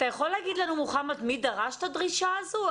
מוחמד, אתה יכול להגיד לנו מי דרש את הדרישה הזו?